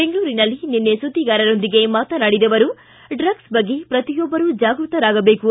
ಬೆಂಗಳೂರಿನಲ್ಲಿ ನಿನ್ನೆ ಸುದ್ದಿಗಾರರೊಂದಿಗೆ ಮಾತನಾಡಿದ ಅವರು ಡ್ರಗ್ಸ್ ಬಗ್ಗೆ ಪ್ರತಿಯೊಬ್ಬರೂ ಜಾಗೃತರಾಗಬೇಕು